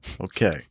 Okay